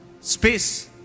Space